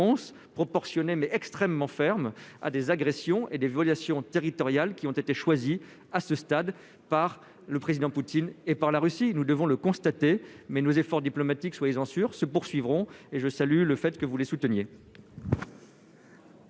proportionnée, mais extrêmement ferme à des agressions et des violations territoriales qui ont été choisis à ce stade par le président Poutine et par la Russie, nous devons le constater mais nous efforts diplomatiques soi-disant sur se poursuivront et je salue le fait que vous les souteniez.